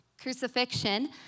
Crucifixion